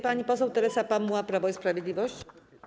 Pani poseł Teresa Pamuła, Prawo i Sprawiedliwość.